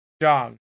John